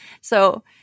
So-